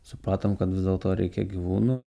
supratom kad vis dėlto reikia gyvūnų